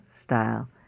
style